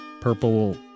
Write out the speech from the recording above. purple